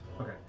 Okay